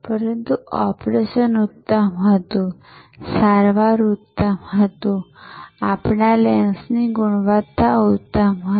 પરંતુ ઓપરેશન ઉત્તમ હતું સારવાર ઉત્તમ હતી આપેલા લેન્સની ગુણવત્તા ઉત્તમ હતી